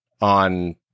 on